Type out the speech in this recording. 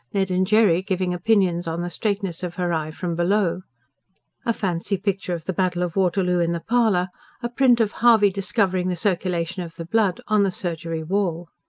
ned and jerry giving opinions on the straightness of her eye, from below a fancy picture of the battle of waterloo in the parlour a print of harvey discovering the circulation of the blood on the surgery wall.